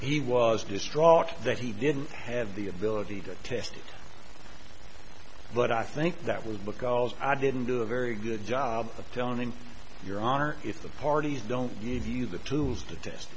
he was distraught that he didn't have the ability to testify but i think that was because i didn't do a very good job of telling your honor if the parties don't give you the tools to test